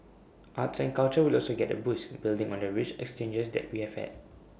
arts and culture will also get A boost building on the rich exchanges we have had